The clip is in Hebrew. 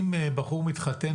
אם בחור מתחתן,